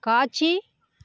காட்சி